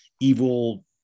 evil